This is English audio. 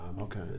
Okay